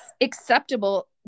acceptable